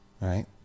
right